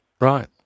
Right